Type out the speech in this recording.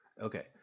Okay